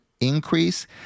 increase